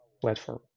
platform